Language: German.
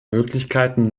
möglichkeiten